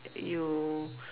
you